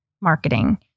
marketing